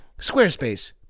Squarespace